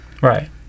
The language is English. right